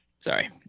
Sorry